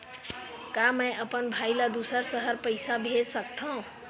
का मैं अपन भाई ल दुसर शहर पईसा भेज सकथव?